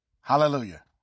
Hallelujah